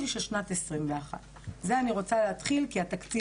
של שנת 2021. בזה אני רוצה להתחיל כי התקציב